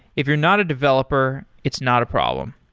if you're not a developer, it's not a problem.